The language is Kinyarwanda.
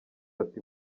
ati